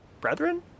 Brethren